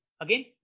again